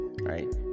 right